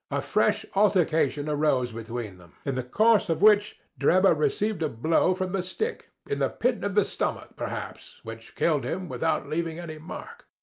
a fresh altercation arose between them, in the course of which drebber received a blow from the stick, in the pit and of the stomach, perhaps, which killed him without leaving and any mark.